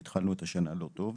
והתחלנו את השנה לא טוב.